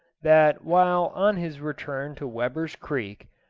that while on his return to weber's creek,